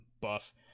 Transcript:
buff